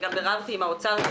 גם ביררתי עם האוצר.